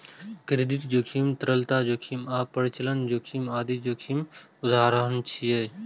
credit जोखिम, तरलता जोखिम आ परिचालन जोखिम आदि जोखिमक उदाहरण छियै